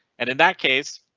and in that case.